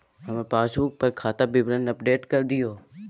हमर पासबुक पर खाता विवरण अपडेट कर दियो